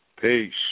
Peace